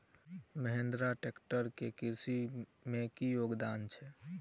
Mahindra tractor केँ कृषि मे की योगदान छै?